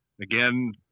again